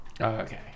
Okay